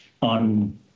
on